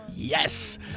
Yes